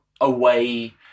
away